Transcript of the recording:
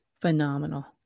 phenomenal